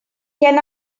can